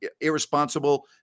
irresponsible